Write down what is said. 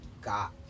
got